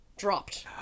Dropped